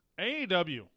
AEW